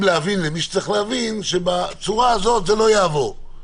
להבין למי שצריך להבין, שבצורה הזאת הן לא יעברו.